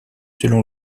selon